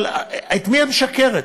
אבל למי את משקרת?